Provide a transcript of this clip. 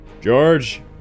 George